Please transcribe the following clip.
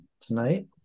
tonight